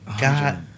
God